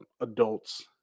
adults